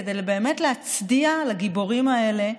כדי באמת להצדיע לגיבורים האלה,